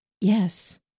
Yes